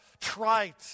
trite